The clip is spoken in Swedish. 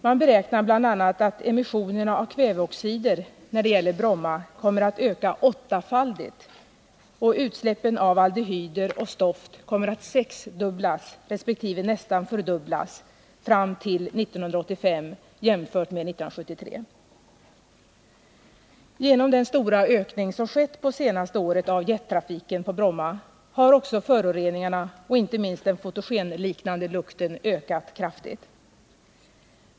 Man beräknar bl.a. att emissionerna av kväveoxider kommer att öka åttafaldigt när det gäller Bromma och att utsläppen av aldehyder och stoft kommer att sexfaldigas resp. nästan fördubblas fram till 1985 jämfört med 1973. Genom den stora ökning som har skett på senaste året av jettrafiken på Bromma har också föroreningarna och inte minst den fotogenliknande lukten ökat kraftigt.